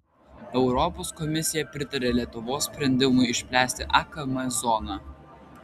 europos komisija pritarė lietuvos sprendimui išplėsti akm zoną